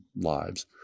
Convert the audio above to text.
lives